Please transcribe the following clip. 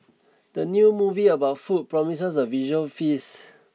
the new movie about food promises a visual feast